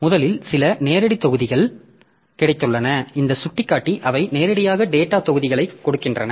முதலில் சில நேரடித் தொகுதிகள் கிடைத்துள்ளன இந்த சுட்டிக்காட்டி அவை நேரடியாக டேட்டாத் தொகுதிகளைக் கொடுக்கின்றன